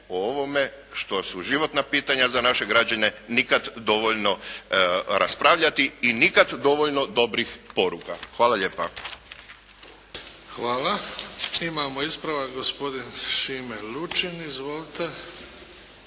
o ovome što su životna pitanja za naše građane nikad dovoljno raspravljati i nikad dovoljno dobrih poruka. Hvala lijepa. **Bebić, Luka (HDZ)** Hvala. Imamo ispravak, gospodin Šime Lučin. Izvolite.